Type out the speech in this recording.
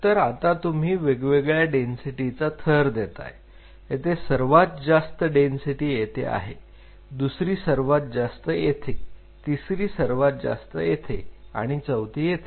तर आता तूम्ही वेगवेगळ्या डेन्सिटी चा थर देताय जेथे सर्वात जास्त डेन्सिटी येथे आहे दुसरी सर्वात जास्त येथे तिसरी सर्वात जास्त येते आणि चौथी येथे